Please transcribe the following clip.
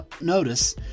notice